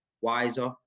wiser